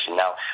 Now